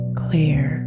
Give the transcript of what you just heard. clear